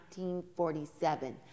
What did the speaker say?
1947